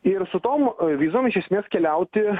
ir su tom vizom iš esmės keliauti